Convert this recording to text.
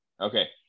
Okay